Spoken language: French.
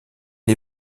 une